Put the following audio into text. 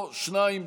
או שניים,